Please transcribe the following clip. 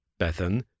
Bethan